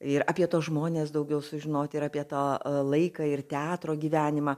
ir apie tuos žmones daugiau sužinoti ir apie tą laiką ir teatro gyvenimą